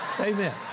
Amen